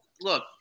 look